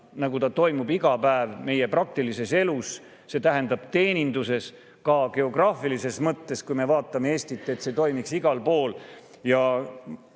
nagu see toimib iga päev meie praktilises elus, see tähendab teeninduses. Ka geograafilises mõttes, kui me vaatame Eestit, peaks see toimima igal pool. Minu